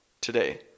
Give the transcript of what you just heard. today